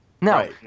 No